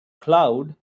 cloud